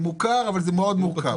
מוכר, אבל זה מאוד מורכב.